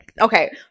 okay